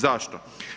Zašto?